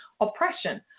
oppression